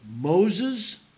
Moses